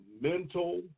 mental